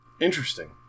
Interesting